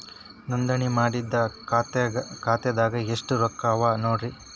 ನೋಂದಣಿ ಮಾಡಿದ್ದ ಖಾತೆದಾಗ್ ಎಷ್ಟು ರೊಕ್ಕಾ ಅವ ನೋಡ್ರಿ